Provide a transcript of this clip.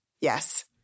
Yes